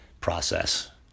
process